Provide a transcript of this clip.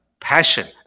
passion